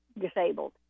disabled